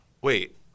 wait